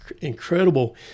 incredible